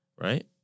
right